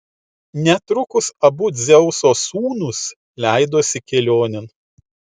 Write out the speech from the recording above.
netrukus abu dzeuso sūnūs leidosi kelionėn